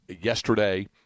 yesterday